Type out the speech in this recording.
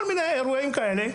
כל מיני אירועים כאלה.